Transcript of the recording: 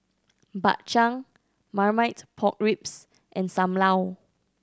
Bak Chang Marmite Pork Ribs and Sam Lau